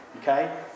okay